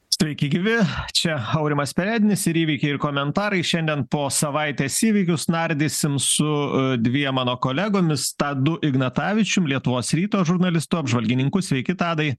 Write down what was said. sveiki gyvi čia aurimas perednis ir įvykiai ir komentarai šiandien po savaitės įvykius nardysim su dviem mano kolegomis tadu ignatavičium lietuvos ryto žurnalistu apžvalgininku sveiki tadai